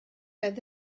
oedd